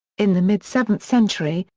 in the mid seventh century,